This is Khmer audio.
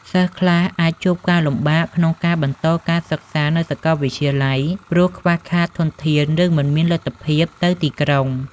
សិស្សខ្លះអាចជួបការលំបាកក្នុងការបន្តការសិក្សានៅសាកលវិទ្យាល័យព្រោះខ្វះខាតធនធានឬមិនមានលទ្ធភាពទៅទីក្រុង។